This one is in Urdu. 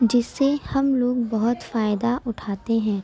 جس سے ہم لوگ بہت فائدہ اُٹھاتے ہیں